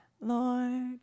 Lord